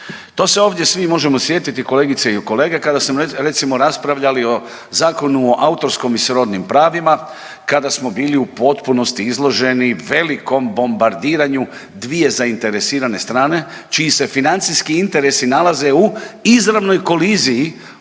To se ovdje svi možemo sjetiti kolegice i kolege kada smo recimo raspravljali o zakonu o autorskom i srodnim pravima, kada smo bili u potpunosti izloženi velikom bombardiranju dvije zainteresirane strane, čiji se financijski interesi nalaze u izravnoj koliziji,